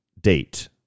date